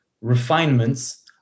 refinements